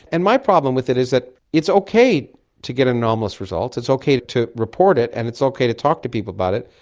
and my problem with it is that it's okay to get anomalous results, it's okay to to report it and it's okay to talk to people people about it,